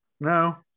no